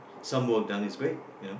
some work done is great you know